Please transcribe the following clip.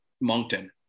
Moncton